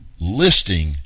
listing